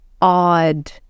odd